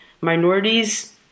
minorities